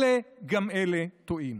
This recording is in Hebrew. אלה גם אלה טועים.